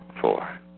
Four